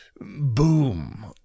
boom